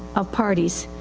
of parties.